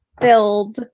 build